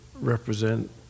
represent